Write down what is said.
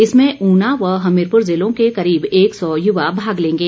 इसमें ऊना व हमीरपुर जिलों के करीब एक सौ युवा भाग लेंगे